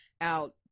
out